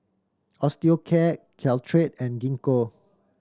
Osteocare Caltrate and Gingko